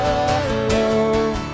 alone